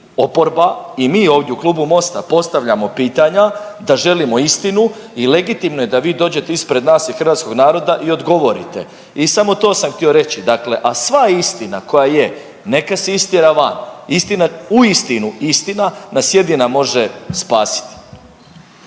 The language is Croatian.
oporba i mi ovdje u klubu Mosta postavljamo pitanja da želimo istinu i legitimno je da vi dođete ispred nas i hrvatskog naroda i odgovorite. I samo to htio reći, dakle, a sva istina koja je neka se istjera van, uistinu istina nas jedina može spasiti.